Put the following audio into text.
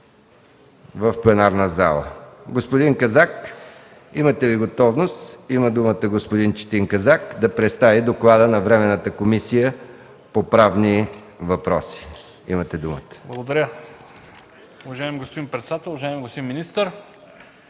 в пленарната зала. Господин Казак, имате ли готовност? Има думата господин Четин Казак да представи доклада на Временната комисия по правни въпроси. ДОКЛАДЧИК ЧЕТИН КАЗАК: Благодаря. Уважаеми господин председател, уважаеми господин министър,